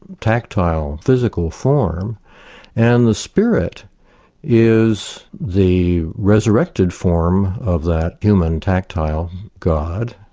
tactile, physical form and the spirit is the resurrected form of that human, tactile god,